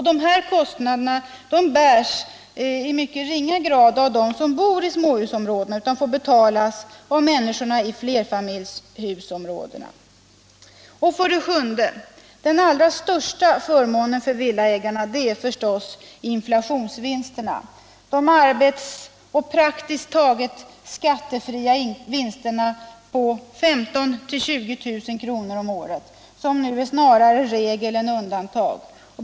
Dessa kostnader bärs i mycket ringa grad av dem som bor i småhusområden, utan de får betalas av människorna i flerfamiljshusområdena. 7. Den allra största förmånen för villaägarna är förstås inflationsvinsten — de arbetsfria och praktiskt taget skattefria vinsterna på 15 000-20 000 kr. om året, som nu snarare är regel än undantag.